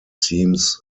seems